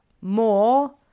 more